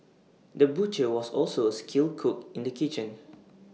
the butcher was also A skilled cook in the kitchen